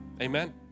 amen